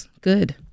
Good